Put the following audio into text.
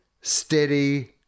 Steady